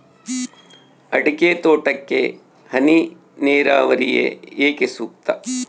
ಅಡಿಕೆ ತೋಟಕ್ಕೆ ಹನಿ ನೇರಾವರಿಯೇ ಏಕೆ ಸೂಕ್ತ?